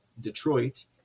Detroit